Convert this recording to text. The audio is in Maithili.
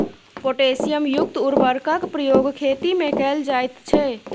पोटैशियम युक्त उर्वरकक प्रयोग खेतीमे कैल जाइत छै